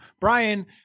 Brian